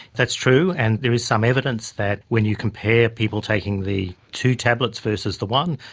that's true, and there is some evidence that when you compare people taking the two tablets versus the one,